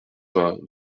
vingt